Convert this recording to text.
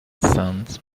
stands